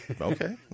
okay